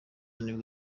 nibwo